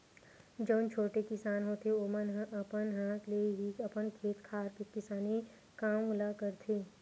जउन छोटे किसान होथे ओमन ह अपन हाथ ले ही अपन खेत खार के किसानी काम ल करथे